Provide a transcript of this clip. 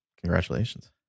congratulations